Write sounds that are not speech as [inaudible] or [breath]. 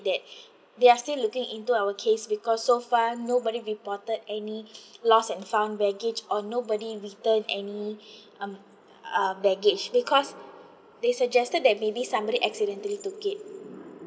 that [breath] they are still looking into our case because so far nobody reported any [breath] lost and found baggage or nobody returned any [breath] um uh baggage because they suggested that maybe somebody accidentally took it